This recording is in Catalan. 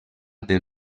del